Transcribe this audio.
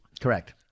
Correct